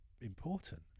important